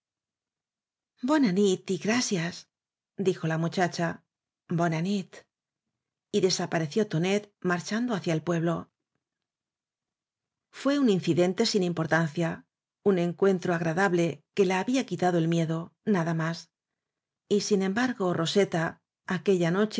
y grasies dijo la muchacha berna nit y desapareció tonet mar chando hacia el pueblo fué un incidente sin importancia un en cuentro agradable que la había quitado el mie do nada más y sin embargo roseta aquella noche